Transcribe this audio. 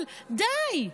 אבל די.